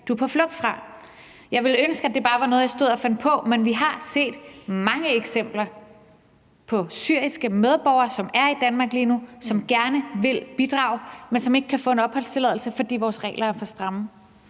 du er på flugt fra? Jeg ville ønske, at det bare var noget, jeg stod og fandt på, men vi har set mange eksempler på syriske medborgere, som er i Danmark lige nu, som gerne vil bidrage, men som ikke kan få en opholdstilladelse, fordi vores regler er for stramme.